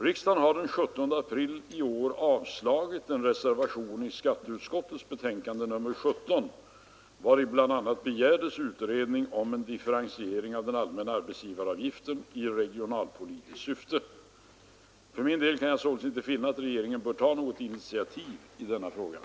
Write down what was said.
Riksdagen har den 17 april i år avslagit den reservation i skatteutskottets betänkande nr 17 år 1974 vari bl.a. begärdes utredning om en differentiering av den allmänna arbetsgivaravgiften i regionalpolitiskt syfte. För min del kan jag således inte finna att regeringen bör ta något initiativ i denna sak.